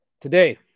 today